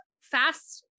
fast